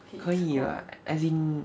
可以 lah as in